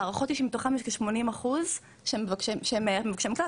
הערכות היא שמתוכם יש כ-80 אחוז שהם מבקשי מקלט,